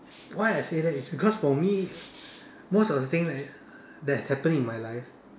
why I say that is because for me most of the thing that that has happened in my life